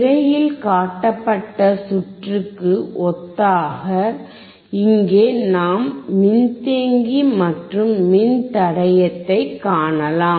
திரையில் காட்டப்பட்ட சுற்றுக்கு ஒத்ததாக இங்கே நாம் மின்தேக்கி மற்றும் மின்தடையத்தைக் காணலாம்